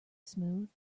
smooth